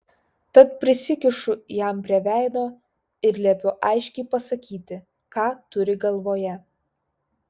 tad prisikišu jam prie veido ir liepiu aiškiai pasakyti ką turi galvoje